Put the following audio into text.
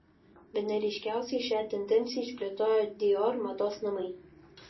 bene ryškiausiai šią tendenciją išplėtojo dior mados namai